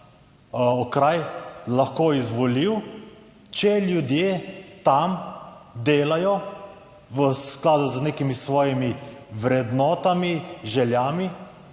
okraj lahko izvoljiv, če ljudje tam delajo v skladu z nekimi svojimi vrednotami, željami